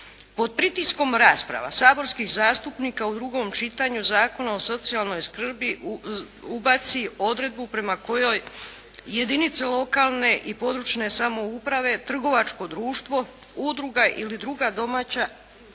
Pod pritiskom rasprava saborskih zastupnika u drugom čitanju Zakona o socijalnoj skrbi ubaci odredbu prema kojoj jedinice lokalne i područne samouprave, trgovačko društvo, udruga ili druga domaća